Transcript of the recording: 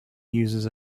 uses